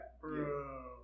Bro